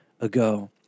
ago